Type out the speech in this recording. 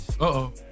Uh-oh